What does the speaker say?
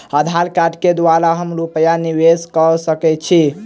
आधार कार्ड केँ द्वारा हम रूपया निवेश कऽ सकैत छीयै?